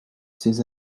ces